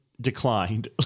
Declined